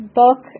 book